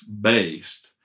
based